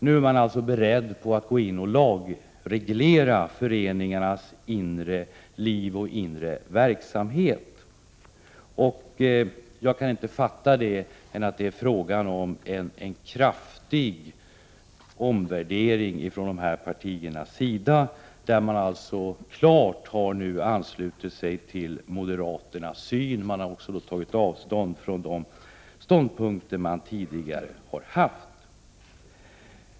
Nu är man beredd att gå in och lagreglera föreningarnas inre liv och inre verksamhet. Jag kan inte fatta annat än att detta är en kraftig omvärdering från dessa partiers sida. Man har nu klart anslutit sig till moderaternas synsätt och alltså tagit avstånd från de ståndpunkter man tidigare haft.